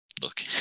Look